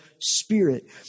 spirit